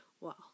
wow